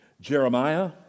Jeremiah